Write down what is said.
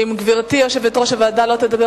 אם גברתי יושבת-ראש הוועדה לא תדבר